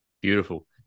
Beautiful